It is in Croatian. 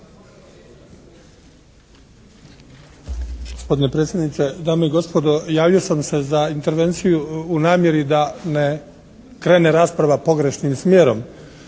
Gospodin predsjedniče, dame i gospodo! Javio sam se za intervenciju u namjeri da ne krene rasprava pogrešnim smjerom.